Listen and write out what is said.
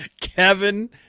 Kevin